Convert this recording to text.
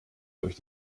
durch